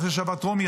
אחרי שעבר טרומית.